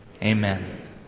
Amen